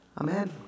amen